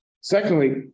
Secondly